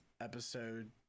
episode